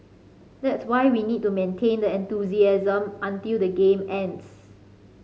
that's why we need to maintain that enthusiasm until the game ends